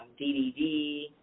DDD